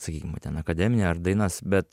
sakykim o ten akademinę ar dainas bet